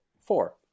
four